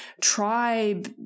tribe